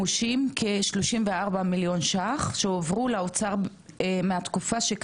שהועברו לאוצר מהתקופה שקדמה להתקנת התקנות.